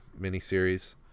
miniseries